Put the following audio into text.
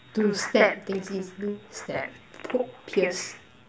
to stab things easily stab poke pierce